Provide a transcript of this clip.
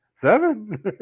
seven